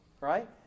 right